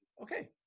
okay